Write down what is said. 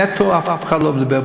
נטו, אף אחד לא דיבר.